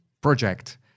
project